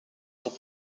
pour